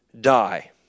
die